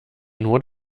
nur